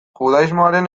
judaismoaren